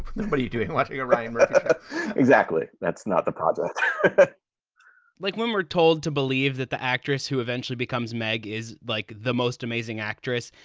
then what are you doing? like you're right. exactly that's not the problem like when we're told to believe that the actress who eventually becomes magg is like the most amazing actress,